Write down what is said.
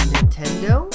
Nintendo